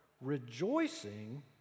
rejoicing